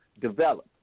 develop